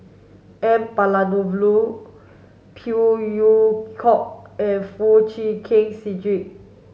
N Palanivelu Phey Yew Kok and Foo Chee Keng Cedric